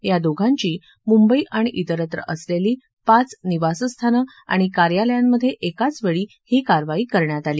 या दोघांची मुंबई आणि इतरत्र असलेली पाच निवासस्थानं आणि कार्यालयांमध्ये एकाच वेळी ही कारवाई करण्यात आली